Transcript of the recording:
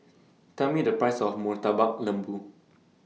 Tell Me The Price of Murtabak Lembu